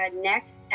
next